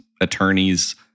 attorneys